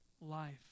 life